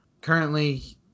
Currently